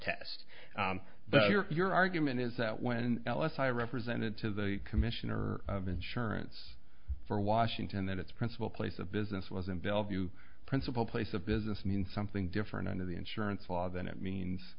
here your argument is that when l s i represented to the commissioner of insurance for washington that its principal place of business was in bellevue principal place of business means something different under the insurance law than it means